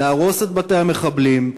להרוס את בתי המחבלים,